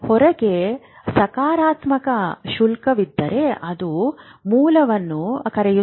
ಹೊರಗೆ ಸಕಾರಾತ್ಮಕ ಶುಲ್ಕವಿದ್ದರೆ ಅದು ಮೂಲವನ್ನು ಕರೆಯುತ್ತದೆ